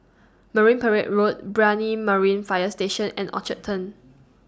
Marine Parade Road Brani Marine Fire Station and Orchard Turn